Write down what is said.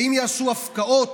האם יעשו הפקעות?